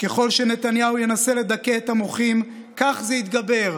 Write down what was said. "ככל שנתניהו ינסה לדכא את המוחים כך זה יתגבר",